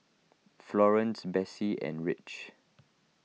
Florance Besse and Rich